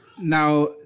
Now